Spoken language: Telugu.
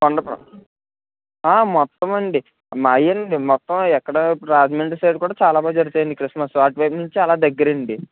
మొత్తం అండి మావి అండి మొత్తం ఎక్కడ ఇప్పుడు రాజమండ్రి సైడ్ కూడా చాలా బాగా జరుగుతాయి అండి క్రిస్మస్ అటు వైపు నుండి అలా దగ్గర అండి